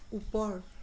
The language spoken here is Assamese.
ওপৰ